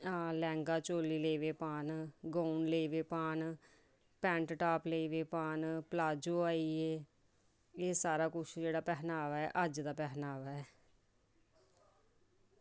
हां लैंह्गा लग्गी पे पान गाउन लग्गे पे पान पैंट टाप लेई गे पान प्लाजो आई गे एह् सारा कुछ जेह्ड़ा पैहनावा अज्ज दा पैहनावा ऐ